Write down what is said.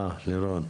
טוב